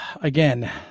Again